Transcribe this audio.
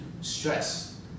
stress